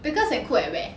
Baker and Cook at where